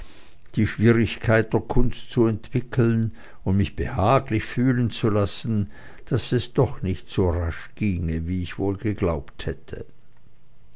die schwierigkeit der kunst zu entwickeln und mich behaglich fühlen zu lassen daß es doch nicht so rasch ginge als ich wohl geglaubt hätte